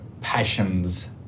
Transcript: passions